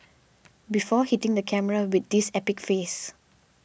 before hitting the camera with this epic face